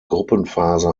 gruppenphase